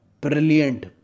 brilliant